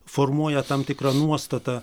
formuoja tam tikrą nuostatą